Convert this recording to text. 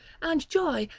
and joy,